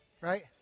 right